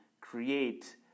create